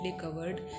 covered